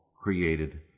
created